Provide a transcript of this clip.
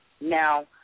Now